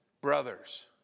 brothers